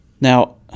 Now